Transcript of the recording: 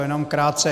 Jenom krátce.